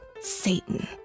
Satan